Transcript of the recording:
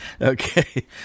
okay